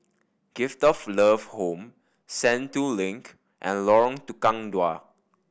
Gift of Love Home Sentul Link and Lorong Tukang Dua